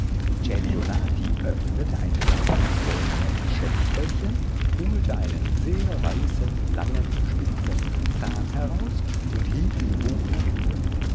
öffnete ein kleines goldnes schächtelchen holte einen sehr weißen langen spitzen zahn heraus und hielt ihn hoch in die höhe